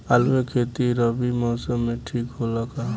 आलू के खेती रबी मौसम में ठीक होला का?